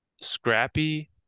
scrappy